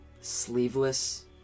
sleeveless